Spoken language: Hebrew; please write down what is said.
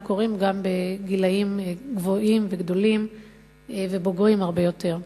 קורים גם בקרב גילאים גדולים ובוגרים הרבה יותר.